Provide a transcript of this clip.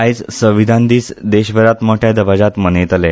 आयज संविधान दिस देशभरांत मोठ्या दबाज्यांत मनयतले